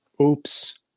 Oops